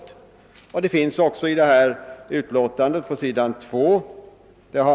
På s. 2 i det föreliggande utlåtandet hänvisas härtill.